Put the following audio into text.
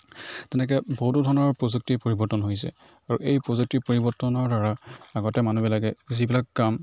তেনেকৈ বহুতো ধৰণৰ প্ৰযুক্তিৰ পৰিৱৰ্তন হৈছে আৰু এই প্ৰযুক্তিৰ পৰিৱৰ্তনৰ দ্বাৰা আগতে মানুহবিলাকে যিবিলাক কাম